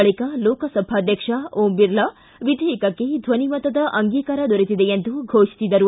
ಬಳಿಕ ಲೋಕಸಭಾದ್ವಕ್ಷ ಓಂ ಬಿರ್ಲಾ ವಿಧೇಯಕಕ್ಕೆ ಧ್ವನಿಮತದ ಅಂಗೀಕಾರ ದೊರೆತಿದೆ ಎಂದು ಘೋಷಿಸಿದರು